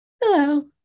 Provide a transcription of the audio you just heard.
Hello